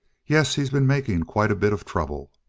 yes, he's been making quite a bit of trouble.